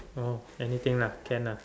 oh anything lah can lah